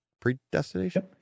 predestination